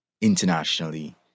internationally